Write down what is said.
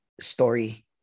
story